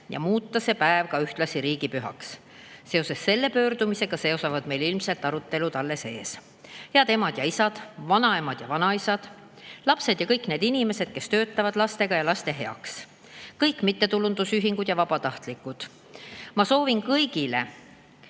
ja muuta see päev ühtlasi riigipühaks. Seoses selle pöördumisega seisavad meil ilmselt arutelud alles ees. Head emad ja isad, vanaemad ja vanaisad, lapsed ja kõik need inimesed, kes töötavad lastega ja laste heaks, kõik mittetulundusühingud ja vabatahtlikud! Ma soovin kõigile